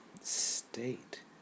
state